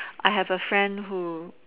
I have a friend who